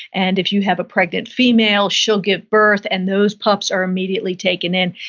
and if you have a pregnant female, she'll give birth and those pups are immediately taken in.